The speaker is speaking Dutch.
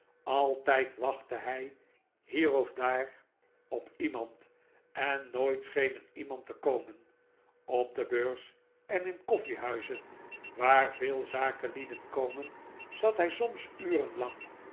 altijd wachtte hij hier of daar op iemand en nooit scheen er iemand te komen op de beurs en in koffiehuizen waar veel zakenlieden komen zat hij soms